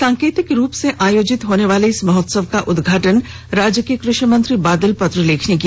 सांकेतिक रूप से आयोजित होने वाले इस महोत्सव का उदघाटन राज्य के कृषि मंत्री बादल पत्रलेख ने किया